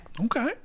Okay